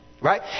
Right